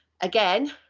Again